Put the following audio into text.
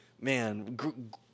Man